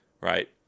Right